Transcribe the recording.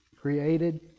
Created